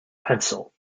pencil